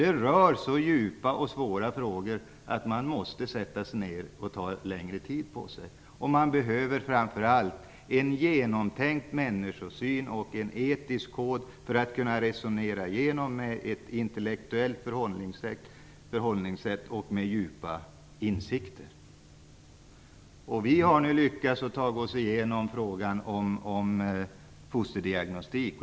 Det är så djupa och svåra frågor att man måste sätta sig ned och ta längre tid på sig. Man behöver framför allt en genomtänkt människosyn och en etisk kod för att kunna resonera igenom frågorna med ett intellektuellt förhållningssätt och med djupa insikter. Vi har nu lyckats ta oss igenom frågan om fosterdiagnostik.